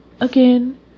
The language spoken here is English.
again